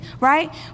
right